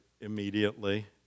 immediately